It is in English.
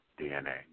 DNA